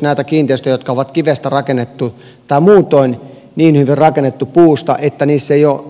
näissä kiinteistöissä jotka on kivestä rakennettu tai muutoin niin hyvin rakennettu puusta ei ole